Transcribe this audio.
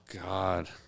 God